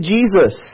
Jesus